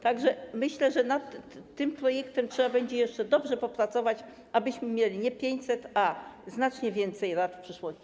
Tak że myślę, że nad tym projektem trzeba będzie jeszcze dobrze popracować, abyśmy mieli nie 500, a znacznie więcej rad w przyszłości.